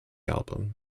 album